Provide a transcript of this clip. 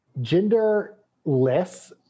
genderless